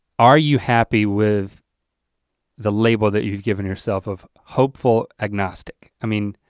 are you happy with the label that you've given yourself of hopeful agnostic? i mean